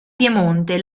piemonte